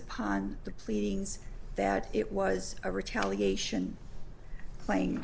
upon the pleadings that it was a retaliation playing